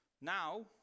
Now